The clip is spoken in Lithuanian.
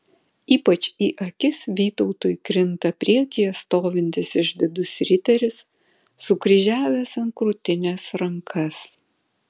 ypač į akis vytautui krinta priekyje stovintis išdidus riteris sukryžiavęs ant krūtinės rankas